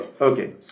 Okay